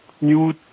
new